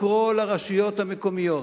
לקרוא לרשויות המקומיות,